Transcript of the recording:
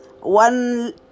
one